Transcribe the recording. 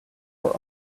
for